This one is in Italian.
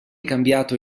cambiato